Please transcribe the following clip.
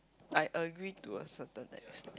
I agree to a certain extent